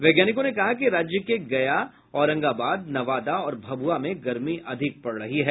वैज्ञानिकों ने कहा कि राज्य के गया औरंगाबाद नवादा और भभुआ में गर्मी अधिक पड़ रही है